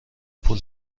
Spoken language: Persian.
پول